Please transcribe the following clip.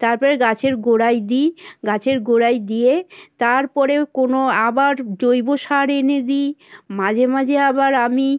তারপরে গাছের গোড়ায় দিই গাছের গোড়ায় দিয়ে তারপরে কোনও আবার জৈব সার এনে দিই মাঝে মাঝে আবার আমি